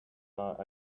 thought